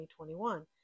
2021